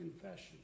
confession